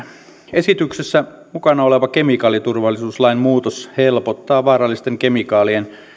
esityksessä mukana oleva kemikaaliturvallisuuslain muutos helpottaa vaarallisten kemikaalien